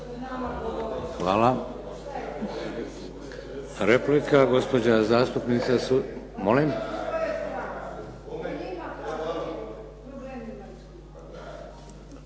Hvala. Replika, gospođa zastupnica Suzana